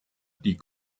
die